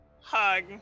hug